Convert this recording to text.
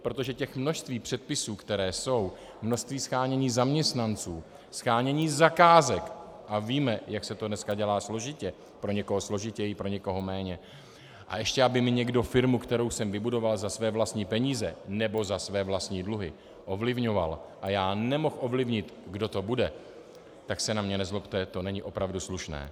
Protože množství předpisů, které jsou, množství shánění zaměstnanců, shánění zakázek, a víme, jak se to dneska dělá složitě, pro někoho složitěji, pro někoho méně a ještě aby mi někdo firmu, kterou jsem vybudoval za své vlastní peníze nebo za své vlastní dluhy, ovlivňoval a já nemohl ovlivnit, kdo to bude, tak se na mě nezlobte, to není opravdu slušné.